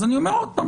אז אני אומר שוב,